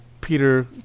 Peter